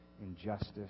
injustice